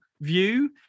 view